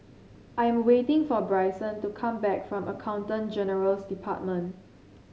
I am waiting for Brycen to come back from Accountant General's Department